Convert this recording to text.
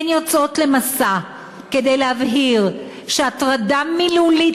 הן יוצאות למסע כדי להבהיר שהטרדה מילולית